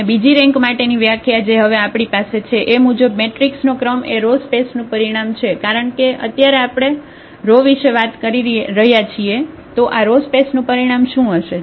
અને બીજી રેન્ક માટેની વ્યાખ્યા જે હવે આપણી પાસે છે એ મુજબ મેટ્રિક્સનો ક્રમ એ રો સ્પેસનું પરિમાણ છે કારણ કે અત્યારે આપણે રો વિશે વાત કરી રહ્યા છીએ તો આ રો સ્પેસનું પરિમાણ શું હશે